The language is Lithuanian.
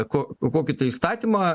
ko kokį tai įstatymą